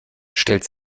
stellt